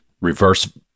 reverse